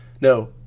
No